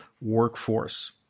workforce